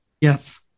Yes